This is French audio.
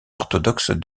orthodoxe